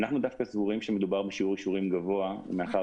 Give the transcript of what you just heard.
אנחנו דווקא סבורים שמדובר בשיעור אישורים גבוה מאחר